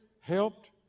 helped